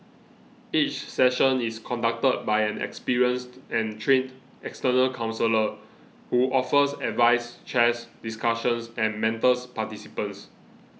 each session is conducted by an experienced and trained external counsellor who offers advice chairs discussions and mentors participants